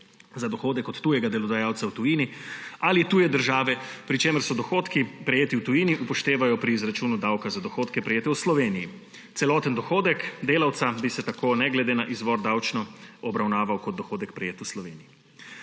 za dohodek od tujega delodajalca v tujini ali tuje države, pri čemer se dohodki, prejeti v tujini, upoštevajo pri izračunu davka za dohodke, prejete v Sloveniji. Celoten dohodek delavca bi se tako, ne glede na izvor, davčno obravnaval kot dohodek, prejet v Sloveniji.